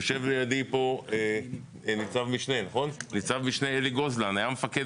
יושב לצדי נצ"מ אלי גוזלן שהיה מפקד